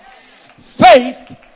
Faith